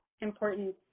important